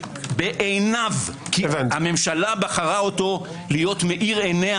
בעיניו כי הממשלה בחרה אותו להיות מאיר עיניה